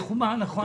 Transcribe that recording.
נכון.